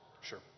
Sure